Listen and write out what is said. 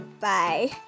bye